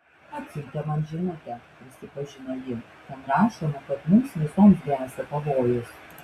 atsiuntė man žinutę prisipažino ji ten rašoma kad mums visoms gresia pavojus